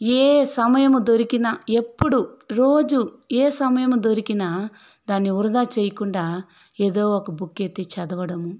ఏ సమయము దొరికిన ఎప్పుడు రోజు ఏ సమయము దొరికిన దాన్ని వృధా చేయకుండా ఏదో ఒక బుక్ ఎత్తి చదవడము